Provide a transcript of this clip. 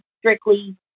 strictly